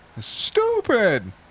Stupid